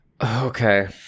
Okay